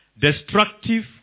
destructive